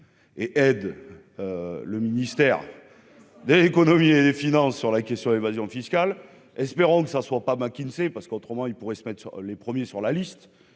et aide le ministère de l'Économie et des finances sur la question, l'évasion fiscale, espérons que ça ne soit pas McKinsey parce qu'autrement, il pourrait se mettent sur les premiers sur la liste,